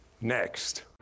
Next